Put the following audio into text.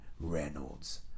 Reynolds